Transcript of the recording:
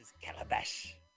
Calabash